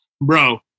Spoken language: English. bro